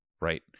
right